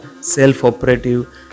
self-operative